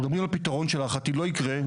אנחנו מדברים על פתרון שלהערכתי לא יקרה,